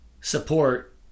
support